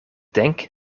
denk